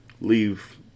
Leave